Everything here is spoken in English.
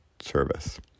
service